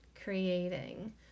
creating